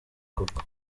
koko